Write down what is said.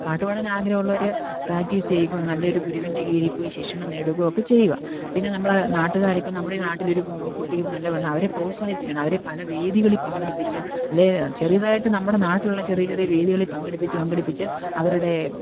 പാട്ടു പാടാൻ ആഗ്രഹമുള്ളവർ പ്രാക്ടീസ് ചെയ്യുകയോ നല്ലൊരു ഗുരുവിൻ്റെ കീഴിൽ പോയി ശിക്ഷണം നേടുകയോ ഒക്കെ ചെയ്യുക പിന്നെ നമ്മൾ നാട്ടുകാർ ഇപ്പം നമ്മളെ ഈ നാട്ടിലൊരു കുട്ടിക്കിപ്പം നല്ലവണ്ണം അവരെ പ്രോത്സാഹിപ്പിക്കണം അവരെ പല വേദികളിൽ പങ്കെടുപ്പിച്ച് അല്ലെങ്കിൽ ചെറിയതായിട്ട് നമ്മുടെ നാട്ടിലുള്ള ചെറിയ ചെറിയ വേദികളിൽ പങ്കെടുപ്പിച്ച് പങ്കെടുപ്പിച്ച് അവരുടെ